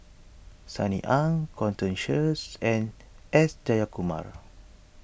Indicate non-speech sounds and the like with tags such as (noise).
Sunny Ang (unintelligible) Sheares and S Jayakumar